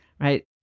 right